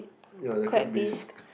yea the crab base